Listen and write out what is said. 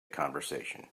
conversation